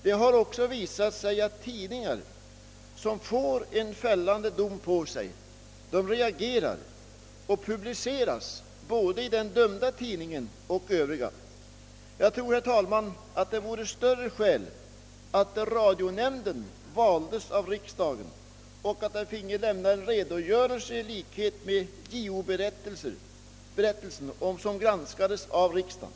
Det har också visat sig att tidningar som drabbas av en fällande dom reagerar, och domen publiceras både i den dömda tidningen och i övriga tidningar. Jag tror att det vore skäl i att radionämnden valdes av riksdagen och att den finge lämna en redogörelse för sin verksamhet — lik justitieombudsmännens ämbetsberättelse — som granskades av riksdagen.